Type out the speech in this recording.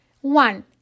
One